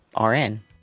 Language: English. RN